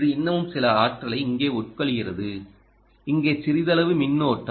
இது இன்னமும் சில ஆற்றலை இங்கே உட்கொள்கிறது இங்கே சிறிதளவு மின்னோட்டம்